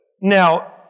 Now